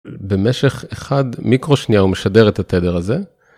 במשך אחד מיקרו שניה הוא משדר את התדר הזה.